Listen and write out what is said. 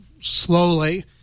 slowly